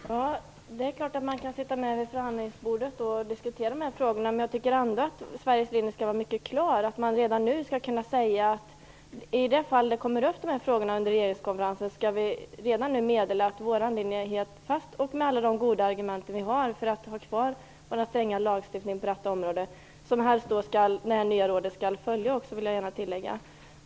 Herr talman! Det är klart att man kan sitta med vid förhandlingsbordet och diskutera frågorna. Men jag tycker ändå att Sveriges linje skall vara mycket tydlig. Om de här frågorna kommer upp under regeringskonferensen skall vi redan nu meddela att vår linje står fast. Vi skall använda alla våra goda argument för att behålla vår stränga lagstiftning på detta område. Också det nya rådet bör helst följa den, det vill jag gärna tillägga.